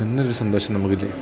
എന്നൊരു സന്തോഷം നമുക്കില്ലേ